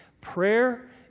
Prayer